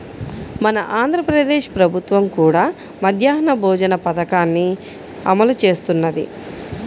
మన ఆంధ్ర ప్రదేశ్ ప్రభుత్వం కూడా మధ్యాహ్న భోజన పథకాన్ని అమలు చేస్తున్నది